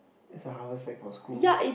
it's a haversack for school